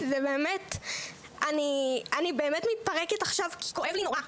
אני באמת מתפרקת עכשיו כי כואב לי נורא.